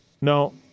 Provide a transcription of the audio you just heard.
No